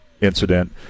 incident